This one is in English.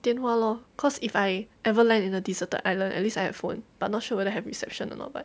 电话 loh cause if I ever land in a deserted island at least I have phone but not sure whether have reception or not but